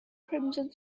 crimson